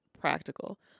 practical